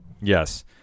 yes